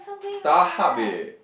StarHub eh